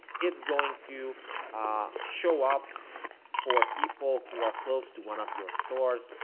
it's going to ah show up for people who are close to one of your stores.